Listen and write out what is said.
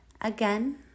again